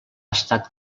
estat